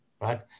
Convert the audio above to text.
right